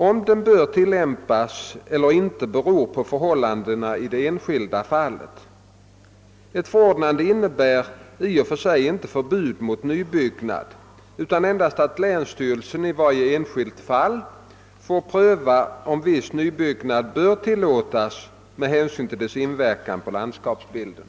Om den bör tillämpas eller inte beror på förhållandena i det enskilda fallet. Ett förordnande innebär i och för sig inte förbud mot nybyggnad utan endast att länsstyrelsen i varje enskilt fall får pröva, om viss nybyggnad bör tillåtas med hänsyn till dess inverkan på landskaåpsbilden.